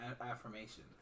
Affirmation